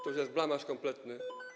To już jest blamaż kompletny.